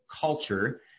culture